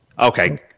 Okay